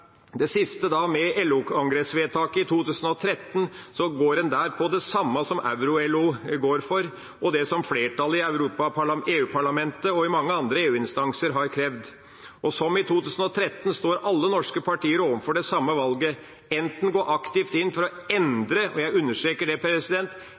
i 2013 går en for det samme som Euro-LO går for, og det som flertallet i EU-parlamentet og mange andre EU-instanser har krevd. Som i 2013 står alle norske partier overfor det samme valget: enten å gå aktivt inn for å